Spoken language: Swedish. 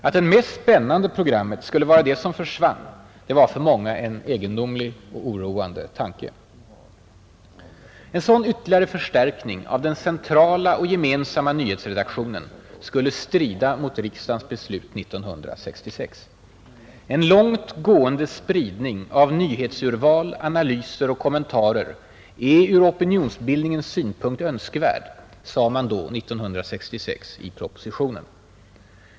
Att det mest spännande programmet skulle vara det som försvann var för många en egendomlig och oroande tanke. En sådan ytterligare förstärkning av den centrala och gemensamma nyhetsredaktionen skulle strida mot riksdagens beslut 1966. ”En långt gående spridning av nyhetsurval, analyser och kommentarer är ur opinionsbildningens synpunkt önskvärd”, sade man 1966 i propositionen.